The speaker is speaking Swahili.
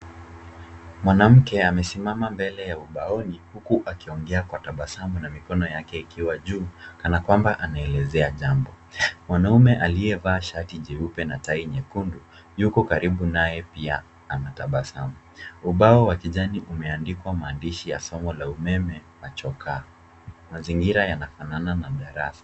Mwanamke amesimama mbele ya ubaoni huku akiongea kwa tabasamu na mikono yake ikiwa juu kana kwamba anaelezea jambo. Mwanaume aliyevaa shati jeupe na tai nyekundu yuko karibu naye pia anatabasamu. Ubao wa kijani umeandikwa maandishi ya somo la umeme na chokaa. Mazingira yanafanana na darasa.